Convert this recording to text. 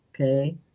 Okay